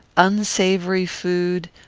unsavoury food,